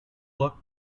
luck